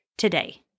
today